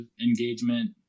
engagement